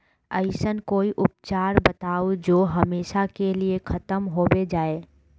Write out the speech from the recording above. ऐसन कोई उपचार बताऊं जो हमेशा के लिए खत्म होबे जाए?